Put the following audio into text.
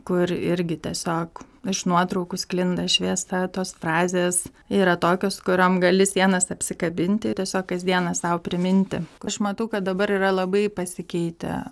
kur irgi tiesiog iš nuotraukų sklinda šviesa tos frazės yra tokios kuriom gali sienas apsikabinti tiesiog kasdieną sau priminti aš matau kad dabar yra labai pasikeitę